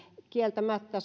kieltämättä